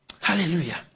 Hallelujah